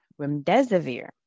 remdesivir